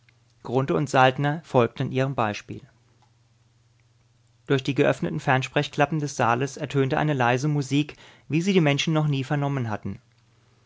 und saltner folgten ihrem beispiel durch die geöffneten fernsprechklappen des saales ertönte eine leise musik wie sie die menschen noch nie vernommen hatten